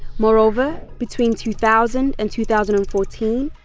moreover, between two thousand and two thousand and fourteen,